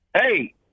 Hey